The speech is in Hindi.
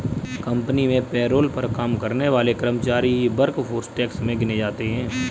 कंपनी में पेरोल पर काम करने वाले कर्मचारी ही वर्कफोर्स टैक्स में गिने जाते है